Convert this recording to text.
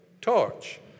torch